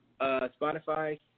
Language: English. Spotify